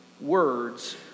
words